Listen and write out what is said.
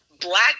black